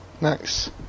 Nice